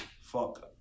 Fuck